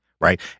Right